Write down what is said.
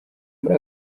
muri